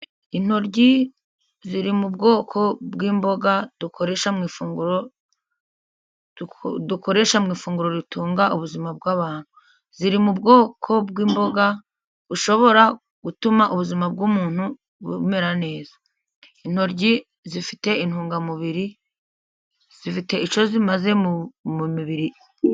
Intoryi ziri mu bwoko bw'imboga dukoresha mu ifunguro, dukoresha mu ifunguro ritunga ubuzima bw'abantu. Ziri mu bwoko bw'imboga bushobora gutuma ubuzima bw'umuntu bumera neza. Intoryi zifite intungamubiri zifite icyo zimaze mu mibiri.